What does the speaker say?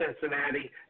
Cincinnati